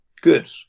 Good